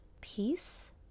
peace